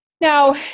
Now